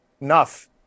Enough